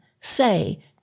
say